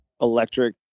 electric